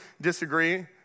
disagree